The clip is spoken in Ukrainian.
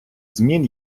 змін